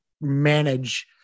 manage